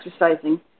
exercising